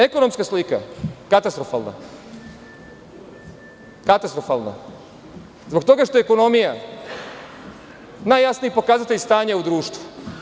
Ekonomska slika je katastrofalna zbog toga što je ekonomija najjasniji pokazatelj stanja u društvu.